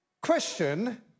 Question